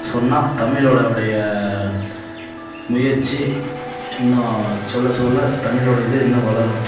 சொன்னால் தமிழலோடைய முயற்சி இன்னும் சொல்ல சொல்ல தமிழோடய இது இன்னும் வளரும்